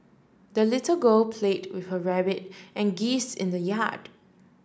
the little girl played with her rabbit and geese in the yard